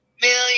million